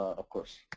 of course.